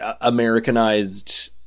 Americanized